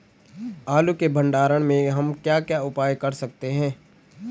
आलू के भंडारण में हम क्या क्या उपाय कर सकते हैं?